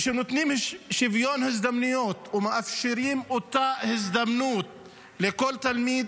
וכשנותנים שוויון הזדמנויות ומאפשרים אותה הזדמנות לכל תלמיד